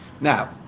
now